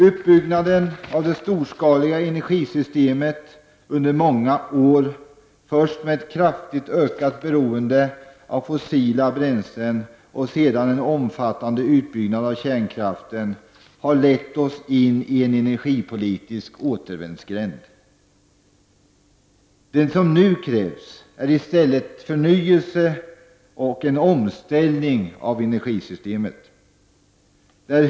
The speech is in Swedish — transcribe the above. Uppbyggnaden av det storskaliga energisystemet under många år, först med kraftigt ökat beroende av fossila bränslen och sedan en omfattande utbyggnad av kärnkraften, har lett oss in i en energipolitisk återvändsgränd. Det som nu krävs är i stället förnyelse och omställning av energisystemet.